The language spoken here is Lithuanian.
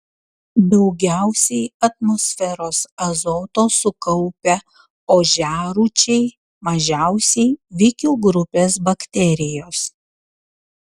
daugiausiai atmosferos azoto sukaupia ožiarūčiai mažiausiai vikių grupės bakterijos